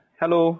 hello